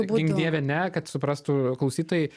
gink dieve ne kad suprastų klausytojai